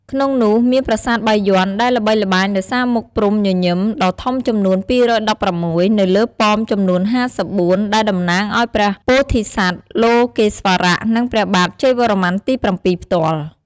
ក្នុងនោះមានប្រាសាទបាយ័ន ដែលល្បីល្បាញដោយសារមុខព្រហ្មញញឹមដ៏ធំចំនួន ២១៦ នៅលើប៉មចំនួន ៥៤ ដែលតំណាងឱ្យព្រះពោធិសត្វលោកេស្វរៈ និងព្រះបាទជ័យវរ្ម័នទី ៧ ផ្ទាល់។